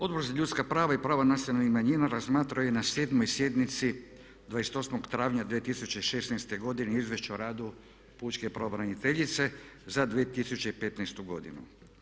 Odbor za ljudska prava i prava nacionalnih manjina razmatrao je na 7.sjednici 28.travnja 2016.godine Izvješće o radu Pučke pravobraniteljice za 2015. godinu.